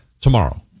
tomorrow